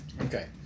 Okay